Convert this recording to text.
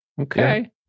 Okay